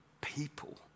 people